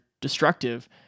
destructive